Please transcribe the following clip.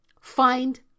Find